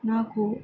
నాకు